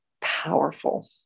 Powerful